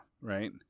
right